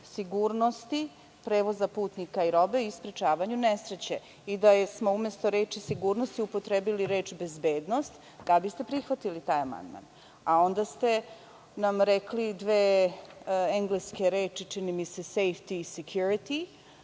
„sigurnosti prevoza putnika i robe i sprečavanju nesreće.“Da smo umesto reči „sigurnosti“ upotrebili reč „bezbednost“, da li biste prihvatili taj amandman? Onda ste nam rekli dve engleske reči, čini mi se, safety i security,